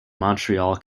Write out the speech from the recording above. montreal